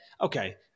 Okay